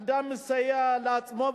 אדם מסייע לעצמו,